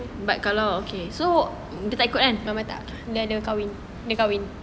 but kalau okay so dia tak ikut kan